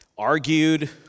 argued